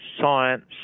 science